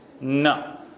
no